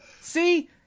See